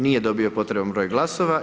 Nije dobio potreban broj glasova.